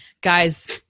guys